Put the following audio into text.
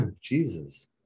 Jesus